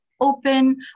open